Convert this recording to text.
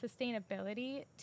sustainability